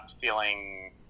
feeling